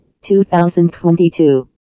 2022